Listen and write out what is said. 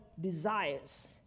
desires